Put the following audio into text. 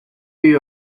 you